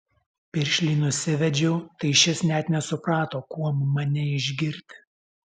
piršlį nusivedžiau tai šis net nesuprato kuom mane išgirti